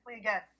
again